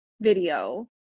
video